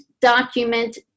document